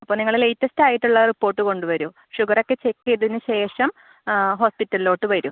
അപ്പം നിങ്ങൾ ലേറ്റസ്റ്റായിട്ടുള്ള റിപ്പോർട്ട് കൊണ്ട് വരൂ ഷുഗറൊക്കെ ചെക്ക് ചെയ്തതിന് ശേഷം ആ ഹോസ്പിറ്റലോട്ട് വരൂ